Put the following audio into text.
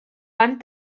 van